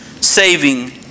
saving